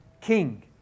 king